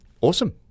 awesome